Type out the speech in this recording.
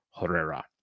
Herrera